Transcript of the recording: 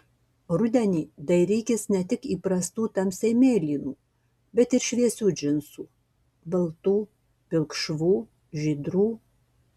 rudenį dairykis ne tik įprastų tamsiai mėlynų bet ir šviesių džinsų baltų pilkšvų žydrų